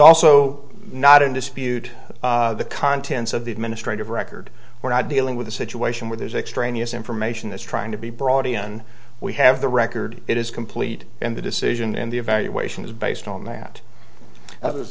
also not in dispute the contents of the administrative record we're not dealing with a situation where there's extraneous information that's trying to be broad ian we have the record it is complete and the decision in the evaluation is based on that